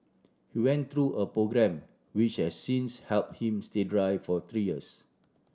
he went through a programme which has since helped him stay dry for three years